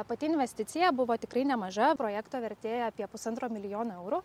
pati investicija buvo tikrai nemaža projekto vertė apie pusantro milijono eurų